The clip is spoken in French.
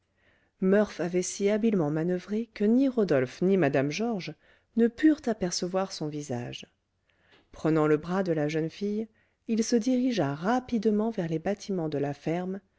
murph avait si habilement manoeuvré que ni rodolphe ni mme georges ne purent apercevoir son visage prenant le bras de la jeune fille il se dirigea rapidement vers les bâtiments de la ferme